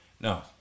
No